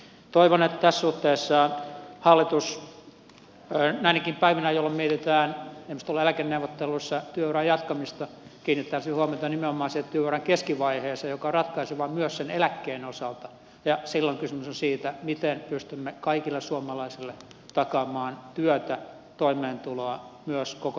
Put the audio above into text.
toivon että tässä suhteessa hallitus näinäkin päivinä jolloin mietitään esimerkiksi eläkeneuvotteluissa työuran jatkamista kiinnittäisi huomiota nimenomaan siihen työuran keskivaiheeseen joka on ratkaiseva myös sen eläkkeen osalta ja silloin kysymys on siitä miten pystymme kaikille suomalaisille takaamaan työtä toimeentuloa myös koko työuran aikana